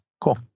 cool